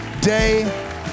day